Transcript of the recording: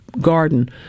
garden